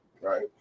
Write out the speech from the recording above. Right